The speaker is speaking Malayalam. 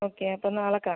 ഓക്കെ അപ്പം നാളെ കാണാം